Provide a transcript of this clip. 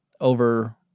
over